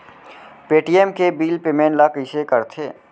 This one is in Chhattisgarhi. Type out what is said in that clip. पे.टी.एम के बिल पेमेंट ल कइसे करथे?